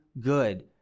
good